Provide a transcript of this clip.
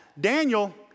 Daniel